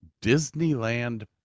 Disneyland